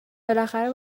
بالاخره